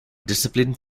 disciplined